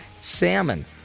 salmon